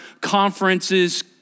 conferences